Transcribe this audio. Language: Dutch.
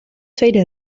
tweede